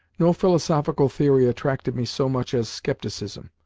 no philosophical theory attracted me so much as scepticism,